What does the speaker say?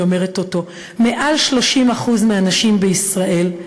אומרת אותו: מעל 30% מהנשים בישראל,